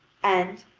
and,